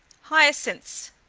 hyacinths,